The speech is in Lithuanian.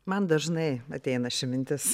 man dažnai ateina ši mintis